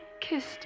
kissed